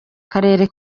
karere